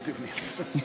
אל תבני על זה.